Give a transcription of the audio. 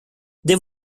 they